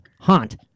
haunt